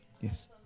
Yes